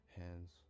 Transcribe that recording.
hands